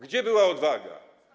Gdzie była odwaga?